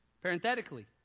Parenthetically